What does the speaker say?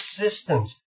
systems